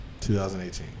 2018